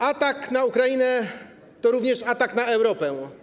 Atak na Ukrainę to również atak na Europę.